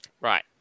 Right